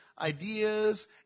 ideas